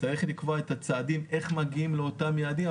צריך לקבוע את הצעדים איך מגיעים לאותם יעדים,